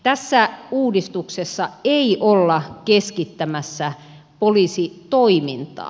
tässä uudistuksessa ei olla keskittämässä poliisitoimintaa